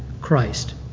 Christ